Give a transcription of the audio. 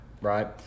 right